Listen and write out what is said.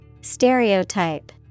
Stereotype